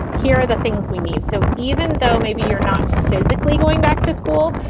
here are the things we need. so even though maybe you're not physically going back to school,